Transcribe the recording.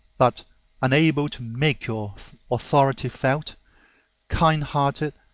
but unable to make your authority felt kind-hearted,